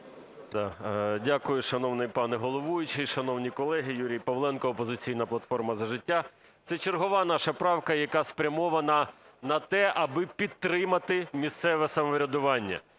Дякую, шановний пане головуючий. Шановні колеги! Юрій Павленко, "Опозиційна платформа - За життя". Це чергова наша правка, яка спрямована на те, аби підтримати місцеве самоврядування.